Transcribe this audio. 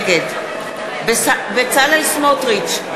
נגד בצלאל סמוטריץ,